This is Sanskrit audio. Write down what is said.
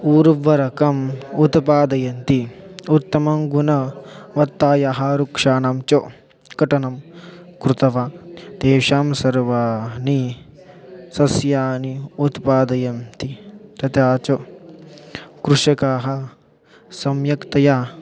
ऊर्वरकम् उत्पादयन्ति उत्तमं गुणवत्तायाः वृक्षाणां च कटनं कृतवान् तेषां सर्वाणि सस्यानि उत्पादयन्ति तथा च कृषकाः सम्यक्तया